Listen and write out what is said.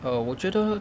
err 我觉得